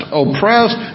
oppressed